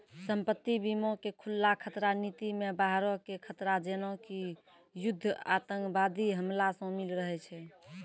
संपत्ति बीमा के खुल्ला खतरा नीति मे बाहरो के खतरा जेना कि युद्ध आतंकबादी हमला शामिल रहै छै